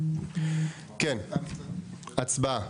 כן, הצבעה.